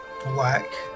black